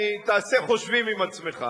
תעשה חושבים עם עצמך.